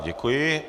Děkuji.